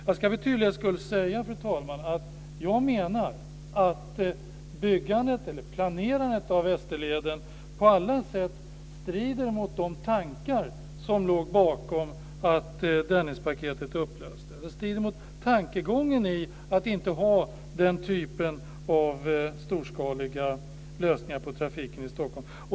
Jag ska för tydlighetens skull säga, fru talman, att jag menar att planerandet av Västerleden på alla sätt strider mot de tankar som låg bakom Dennispaketets upplösning. Det strider mot tankegången att inte ha den typen av storskaliga lösningar på trafiken i Stockholm.